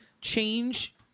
change